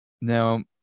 Now